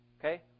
Okay